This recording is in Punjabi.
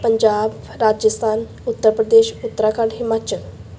ਪੰਜਾਬ ਰਾਜਸਥਾਨ ਉੱਤਰ ਪ੍ਰਦੇਸ਼ ਉੱਤਰਾਖੰਡ ਹਿਮਾਚਲ